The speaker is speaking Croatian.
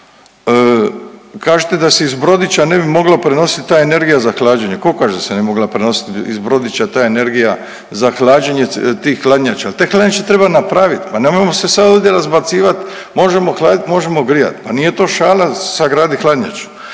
Kažete da se iz brodića ne mogla prenosit ta energija za hlađenje. Tko kaže da se ne bi mogla prenositi iz brodića ta energija za hlađenje tih hladnjača? Te hladnjače treba napraviti. Pa nemojmo se sad ovdje razbacivat možemo hladit, možemo grijat. Pa nije to šala sagradit hladnjaču.